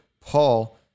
Paul